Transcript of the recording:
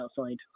outside